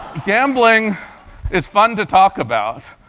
gambling is fun to talk about.